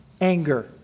anger